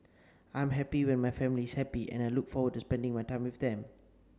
I am happy when my family is happy and I look forward to spending my time with them